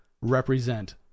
represent